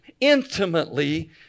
intimately